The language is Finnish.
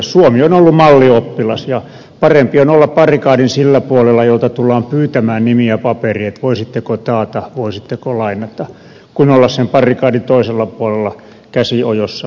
suomi on ollut mallioppilas ja parempi on olla barrikadin sillä puolella jolta tullaan pyytämään nimiä paperiin että voisitteko taata voisitteko lainata kuin olla sen barrikadin toisella puolella käsi ojossa pyytämässä apua